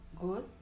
good